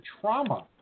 trauma